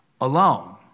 alone